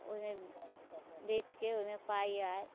ओइमे बेचके ओइमे पाइ आयल